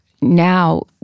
now